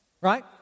Right